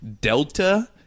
delta